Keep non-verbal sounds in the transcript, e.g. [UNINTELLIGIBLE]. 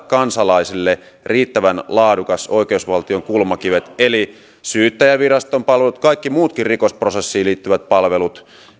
[UNINTELLIGIBLE] kansalaisille riittävän laadukkaat oi keusvaltion kulmakivet eli syyttäjänviraston palvelut ja kaikki muutkin rikosprosessiin liittyvät palvelut